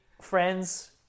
friends